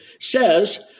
says